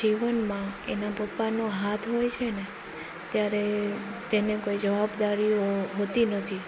જીવનમાં એના પપ્પાનો હાથ હોય છે ને ત્યારે તેને કોઈ જવાબદારીઓ હોતી નથી